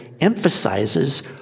emphasizes